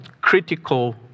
critical